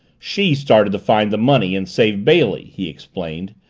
she started to find the money and save bailey, he explained,